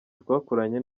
twakoranye